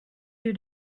you